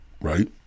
right